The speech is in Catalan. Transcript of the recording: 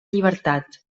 llibertat